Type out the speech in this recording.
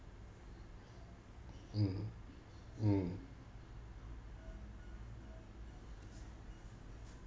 mm mm